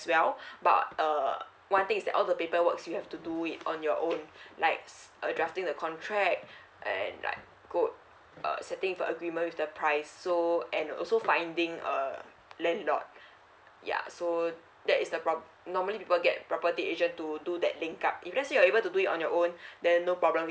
well but uh one thing is that all the paper works you have to do it on your own like drafting the contract and I uh setting into the agreement with the price so and also finding a landlord yeah so that is the uh normally people get property agent to do that link up because you're able to do it on your own then no problem